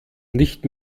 nicht